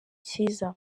cyiza